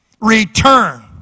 Return